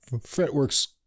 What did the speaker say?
fretwork's